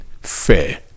fair